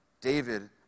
David